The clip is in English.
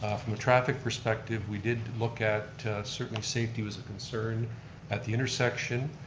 from a traffic perspective we did look at, certainly safety was a concern at the intersection.